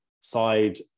side